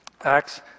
Acts